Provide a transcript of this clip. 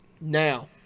now